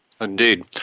Indeed